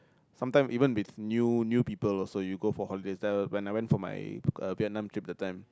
sometime even with new new people also you go for holidays the when I went for my uh Vietnam trip that time